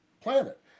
planet